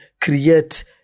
create